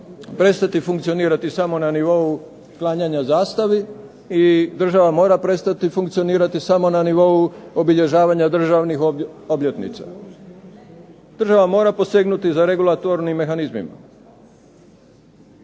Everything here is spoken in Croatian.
prestati funkcionirati samo na nivou klanjanja zastavi i država mora prestati funkcionirati samo na nivou obilježavanja državnih obljetnica. Država mora posegnuti za regulatornim mehanizmima.